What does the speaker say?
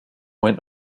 went